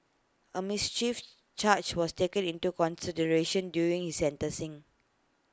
A mischief charge was taken into consideration during his sentencing